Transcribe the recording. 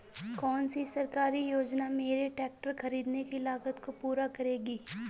कौन सी सरकारी योजना मेरे ट्रैक्टर ख़रीदने की लागत को पूरा करेगी?